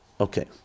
Okay